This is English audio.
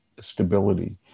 stability